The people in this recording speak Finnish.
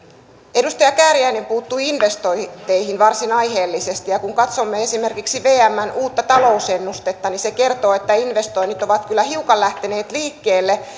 edustaja kääriäinen puuttui investointeihin varsin aiheellisesti ja kun katsomme esimerkiksi vmn uutta talousennustetta niin se kertoo että investoinnit ovat kyllä hiukan lähteneet liikkeelle